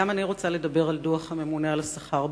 גם אני מבקשת לדבר על דוח הממונה על השכר באוצר.